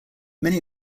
many